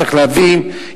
צריך להבין,